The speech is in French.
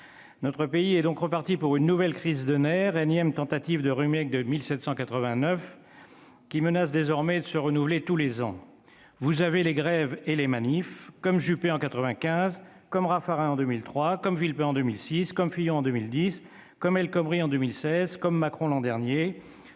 Notre pays est donc reparti pour une nouvelle crise de nerfs, énième tentative de de 1789 qui menace désormais de se renouveler tous les ans. Vous avez les grèves et les manifs, comme Juppé en 1995, Raffarin en 2003, Villepin en 2006, Fillon en 2010, El Khomri en 2016, Macron l'an dernier-